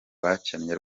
bakennye